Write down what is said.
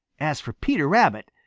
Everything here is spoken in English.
as for peter rabbit,